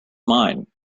mine